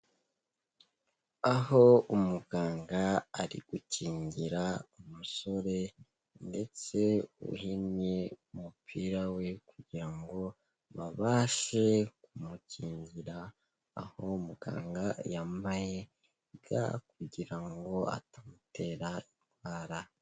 Aho umuganga ari gukingira umusore ndetse uhinnye umupira we kugira ngo abashe kumukingira, aho muganga yambaye ga kugira ngo atamutera indwara.